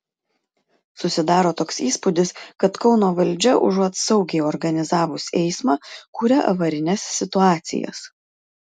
susidaro toks įspūdis kad kauno valdžia užuot saugiai organizavus eismą kuria avarines situacijas